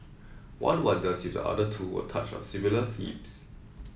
one wonders if the other two will touch on similar themes